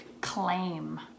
claim